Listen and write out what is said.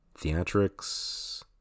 Theatrics